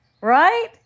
Right